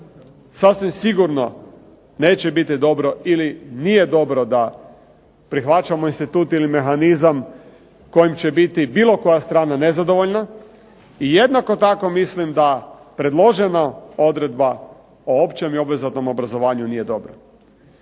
Sasvim sigurno neće biti dobro ili nije dobro da prihvaćamo institut ili mehanizam kojim će biti bilo koja strana nezadovoljna. I jednako tako mislim da predložena odredba o općem i obvezatnom obrazovanju nije dobra.